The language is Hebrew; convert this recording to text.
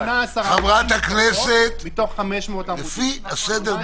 חברת הכנסת קארין